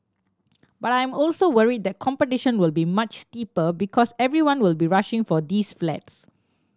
but I am also worried that competition will be much steeper because everyone will be rushing for these flats